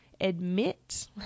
admit